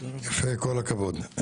יפה, כל הכבוד.